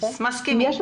מסכימים.